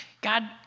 God